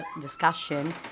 discussion